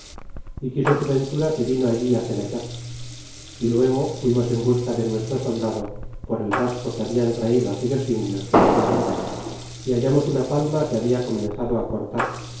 y quiso su ventura que vino allí fenecer y luego fuimos en busca de nuestro soldado por el rastro que hablan traído aquellos indios que nos dieron guerra y hallamos una palma que habla comenzado cortar